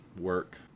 work